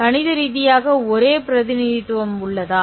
கணித ரீதியாக ஒரே பிரதிநிதித்துவம் உள்ளதா